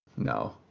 No